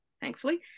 thankfully